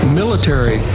military